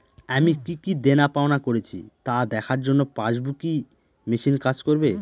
আমি কি কি দেনাপাওনা করেছি তা দেখার জন্য পাসবুক ই মেশিন কাজ করবে?